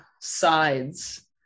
sides